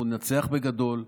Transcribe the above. אנחנו ננצח בגדול.